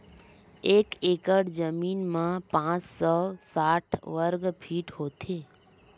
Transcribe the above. एक एकड़ जमीन मा पांच सौ साठ वर्ग फीट होथे